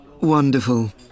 Wonderful